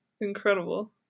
incredible